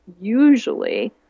usually